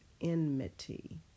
enmity